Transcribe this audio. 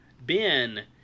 Ben